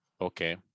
Okay